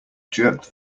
jerked